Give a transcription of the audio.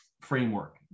Framework